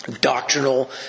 doctrinal